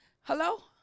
Hello